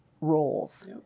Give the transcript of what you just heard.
roles